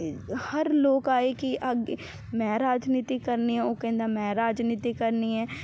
ਹਰ ਲੋਕ ਆਏ ਕੀ ਆਗੇ ਮੈਂ ਰਾਜਨੀਤੀ ਕਰਨੀ ਆ ਉਹ ਕਹਿੰਦਾ ਮੈਂ ਰਾਜਨੀਤੀ ਕਰਨੀ ਐ